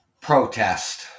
protest